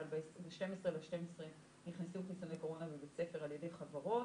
אבל ב-12.12 נכנסו חיסוני קורונה בבתי הספר על ידי חברות.